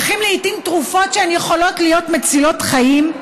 צריכים לעיתים תרופות שיכולות להיות מצילות חיים,